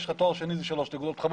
יש לך תואר שני זה שלוש נקודות,